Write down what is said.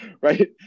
right